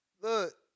Look